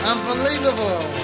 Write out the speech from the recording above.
Unbelievable